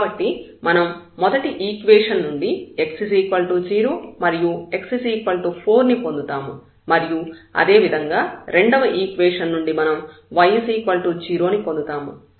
కాబట్టి మనం మొదటి ఈక్వేషన్ నుండి x 0 మరియు x 4 ని పొందుతాము మరియు అదేవిధంగా రెండవ ఈక్వేషన్ నుండి మనం y 0 ని పొందుతాము